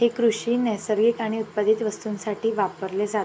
हे कृषी नैसर्गिक आणि उत्पादित वस्तूंसाठी वापरले जाते